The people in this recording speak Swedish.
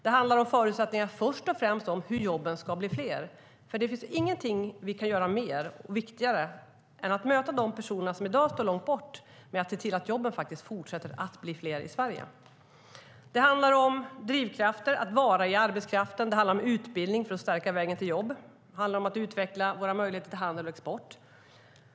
Det handlar först och främst om förutsättningar för hur jobben kan bli fler. Det finns ingenting viktigare som vi kan göra än att möta de personer som i dag står långt borta från arbetsmarknaden och att se till att jobben fortsätter att bli fler i Sverige. Det handlar om drivkrafter att delta i arbetskraften, det handlar om utbildning för att stärka vägen till jobb, det handlar om att utveckla våra möjligheter till handel och export.